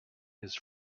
his